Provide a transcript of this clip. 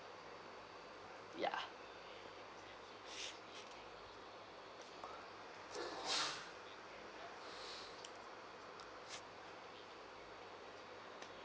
ya